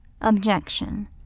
Objection